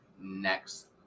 next